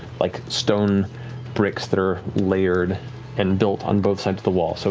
like stone bricks that are layered and built on both sides of the wall. so